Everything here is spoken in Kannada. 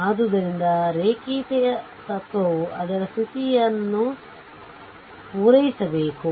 ಆದ್ದರಿಂದ ರೇಖೀಯತೆಯ ತತ್ವವು ಅದರ ಸ್ಥಿತಿಯನ್ನು ಪೂರೈಸಬೇಕು